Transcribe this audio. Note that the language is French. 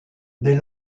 des